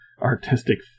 artistic